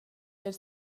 eir